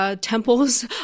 temples